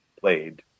played